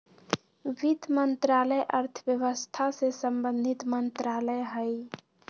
वित्त मंत्रालय अर्थव्यवस्था से संबंधित मंत्रालय हइ